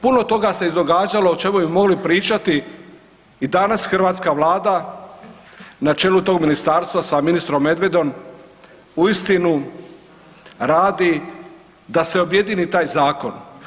Puno toga se izdogađalo o čemu bi mogli pričati i danas hrvatska Vlada na čelu tog ministarstva sa ministrom Medvedom uistinu radi da se objedini taj zakon.